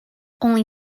only